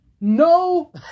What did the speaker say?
No